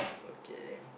okay